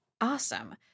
awesome